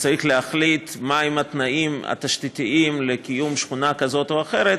שצריך להחליט מהם התנאים התשתיתיים לקיום שכונה כזאת או אחרת.